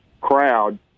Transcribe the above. crowd